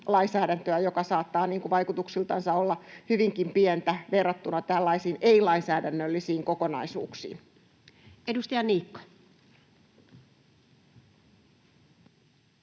lainsäädäntöä, joka saattaa vaikutuksiltansa olla hyvinkin pientä verrattuna tällaisiin ei-lainsäädännöllisiin kokonaisuuksiin. Voisitteko laittaa